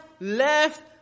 left